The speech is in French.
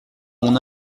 mon